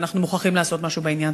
ואנחנו מוכרחים לעשות משהו בעניין.